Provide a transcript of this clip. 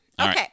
Okay